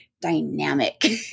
dynamic